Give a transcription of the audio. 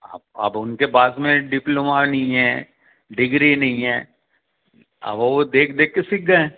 आप अब उनके पास में डिप्लोमा नहीं है डिग्री नहीं है अब वो देख देख के सिख गए हैं